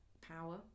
power